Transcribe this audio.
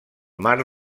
mar